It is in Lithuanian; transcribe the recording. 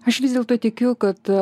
aš vis dėlto tikiu kad